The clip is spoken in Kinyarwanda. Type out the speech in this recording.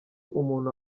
umuntu